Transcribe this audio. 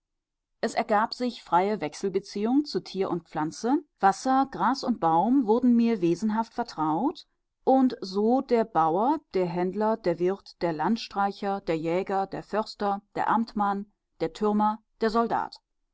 es ergab sich freie wechselbeziehung zu tier und pflanze wasser gras und baum wurden mir wesenhaft vertraut und so der bauer der händler der wirt der landstreicher der jäger der förster der amtmann der türmer der soldat